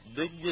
big